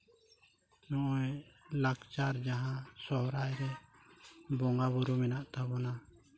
ᱱᱚᱜᱼᱚᱸᱭ ᱞᱟᱠᱪᱟᱨ ᱡᱟᱦᱟᱸ ᱥᱚᱨᱦᱟᱭ ᱨᱮ ᱵᱚᱸᱜᱟ ᱵᱳᱨᱳ ᱢᱮᱱᱟᱜ ᱛᱟᱵᱚᱱᱟ